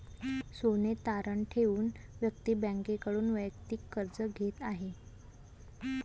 सोने तारण ठेवून व्यक्ती बँकेकडून वैयक्तिक कर्ज घेत आहे